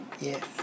yes